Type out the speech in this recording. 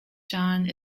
jon